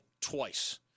twice